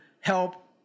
help